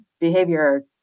behavior